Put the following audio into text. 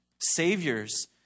Saviors